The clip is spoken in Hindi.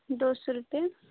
दो सौ रुपये